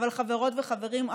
אבל חברות וחברים,